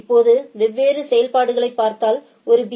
இப்போது வெவ்வேறு செயல்பாடுகளைப் பார்த்தால் ஒன்று பி